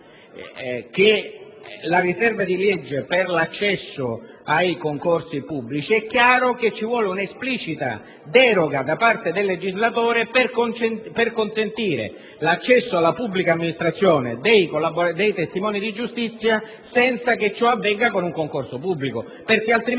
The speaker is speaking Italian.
la riserva di legge per l'accesso ai concorsi pubblici, è chiaro che ci vuole un'esplicita deroga da parte del legislatore per consentire l'accesso alla pubblica amministrazione dei testimoni di giustizia senza che ciò avvenga con un concorso pubblico.